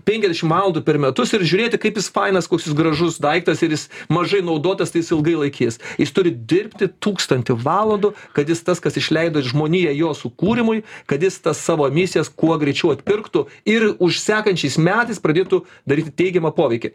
penkiasdešimt valandų per metus ir žiūrėti kaip jis fainas koks jis gražus daiktas ir jis mažai naudotas tai jis ilgai laikys jis turi dirbti tūkstantį valandų kad jis tas kas išleido į žmoniją jo sukūrimui kad jis tas savo emisijas kuo greičiau atpirktų ir už sekančiais metais pradėtų daryti teigiamą poveikį